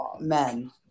Men